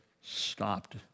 stopped